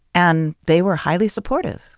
and they were highly supportive.